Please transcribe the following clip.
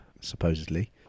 supposedly